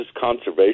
Conservation